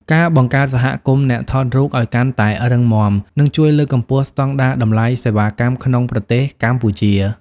ការបង្កើតសហគមន៍អ្នកថតរូបឱ្យកាន់តែរឹងមាំ នឹងជួយលើកកម្ពស់ស្តង់ដារតម្លៃសេវាកម្មក្នុងប្រទេសកម្ពុជា។